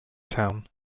town